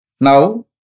Now